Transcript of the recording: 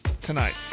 tonight